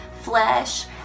flesh